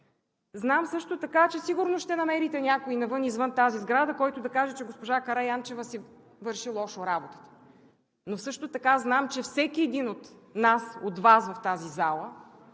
знам, че сигурно ще намерите някой извън тази сграда, който да каже, че госпожа Караянчева си върши лошо работата. Но също така знам, че всеки един от нас и от Вас в тази зала